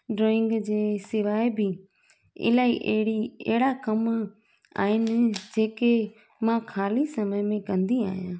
drawing जे सवाइ बि इलाही अहिड़ी अहिड़ा कम आहिनि जेके मां खाली समय में कंदी आहियां